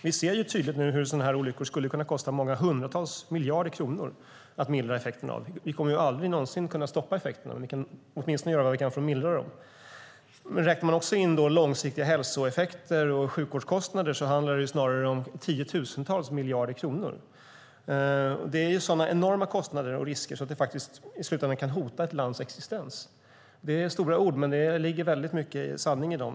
Vi ser tydligt hur det skulle kunna kosta många hundratals miljarder kronor att mildra effekterna av sådana här olyckor. Vi kommer aldrig någonsin att kunna stoppa effekterna av dem, men vi kan åtminstone göra vad vi kan för att mildra dem. Räknar man också in långsiktiga hälsoeffekter och sjukvårdskostnader handlar det snarare om tiotusentals miljarder kronor. Det är sådana enorma kostnader och risker att det faktiskt i slutändan kan hota ett lands existens. Det är stora ord, men det ligger väldigt mycket sanning i dem.